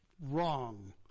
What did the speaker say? wrong